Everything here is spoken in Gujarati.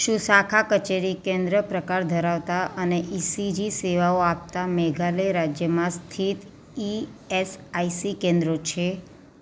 શું શાખા કચેરી કેન્દ્ર પ્રકાર ધરાવતાં અને ઇસીજી સેવાઓ આપતાં મેઘાલય રાજ્યમાં સ્થિત ઇએસઆઇસી કેન્દ્રો છે